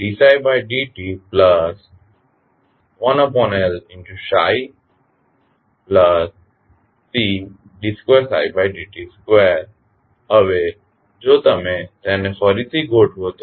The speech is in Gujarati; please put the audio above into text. હવે જો તમે તેને ફરીથી ગોઠવો તો